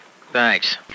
Thanks